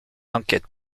enquêtes